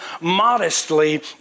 modestly